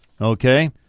Okay